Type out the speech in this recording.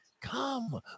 come